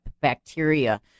bacteria